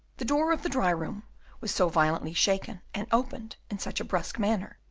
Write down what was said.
the door of the dry-room was so violently shaken, and opened in such a brusque manner,